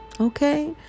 Okay